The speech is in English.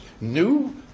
new